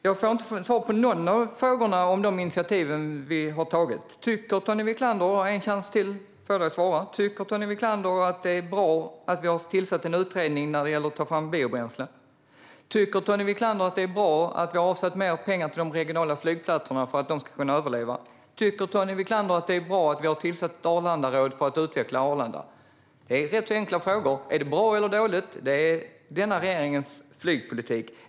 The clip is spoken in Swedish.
Jag får inte svar på någon av frågorna om de initiativ vi har tagit. Men jag har en chans till att få Tony Wiklander att svara. Tycker Tony Wiklander att det är bra att vi har tillsatt en utredning om att ta fram biobränsle? Tycker Tony Wiklander att det är bra att vi har avsatt mer pengar till de regionala flygplatserna för att de ska kunna överleva? Tycker Tony Wiklander att det är bra att vi har tillsatt ett Arlandaråd för att utveckla Arlanda? Det är rätt så enkla frågor. Är det bra eller dåligt? Det här är denna regerings flygpolitik.